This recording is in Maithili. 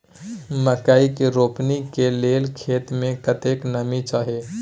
मकई के रोपनी के लेल खेत मे कतेक नमी चाही?